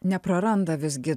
nepraranda visgi